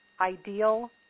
ideal